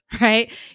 right